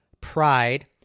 pride